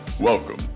Welcome